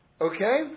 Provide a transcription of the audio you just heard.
Okay